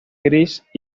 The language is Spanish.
gris